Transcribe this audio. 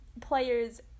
players